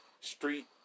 Street